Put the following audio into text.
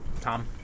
Tom